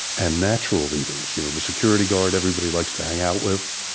and natural leaders you know the security guard everybody likes to hang out with,